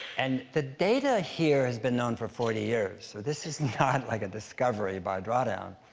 and the data here has been known for forty years. so this is not like a discovery by drawdown.